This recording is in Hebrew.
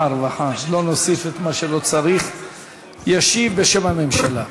הרווחה ישיב בשם הממשלה.